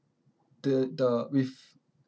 the the with